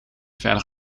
verder